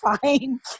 fine